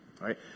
right